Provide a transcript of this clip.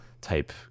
type